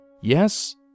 Yes